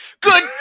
Good